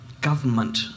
government